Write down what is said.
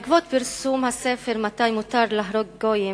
בעקבות פרסום הספר "מתי מותר להרוג גויים",